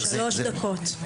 שלוש דקות.